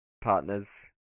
partners